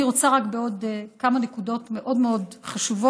אני רוצה רק עוד כמה נקודות מאוד מאוד חשובות,